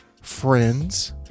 friends